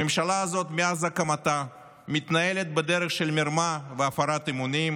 הממשלה הזאת מאז הקמתה מתנהלת בדרך של מרמה והפרת אמונים,